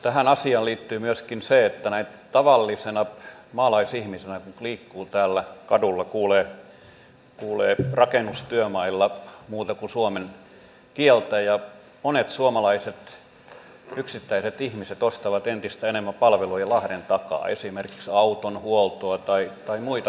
tähän asiaan liittyy myöskin se että näin tavallisena maalaisihmisenä kun liikkuu täällä kadulla kuulee rakennustyömailla muuta kuin suomen kieltä ja monet yksittäiset suomalaiset ihmiset ostavat entistä enemmän palveluja lahden takaa esimerkiksi auton huoltoa tai muita tämänkaltaisia tehtäviä